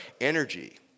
energy